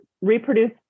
reproduce